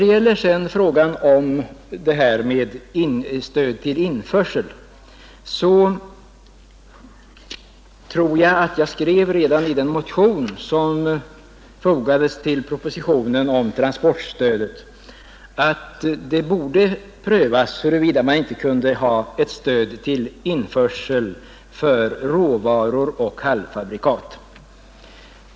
Beträffande frågan om stöd till införseln så tror jag att jag skrev redan i den motion som väcktes i anslutning till propositionen om transportstödet att det borde prövas huruvida man inte kunde ha ett stöd till införsel av råvaror och halvfabrikat.